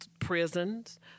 prisons